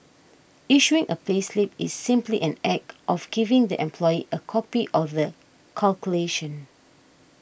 issuing a payslip is simply an act of giving the employee a copy of the calculation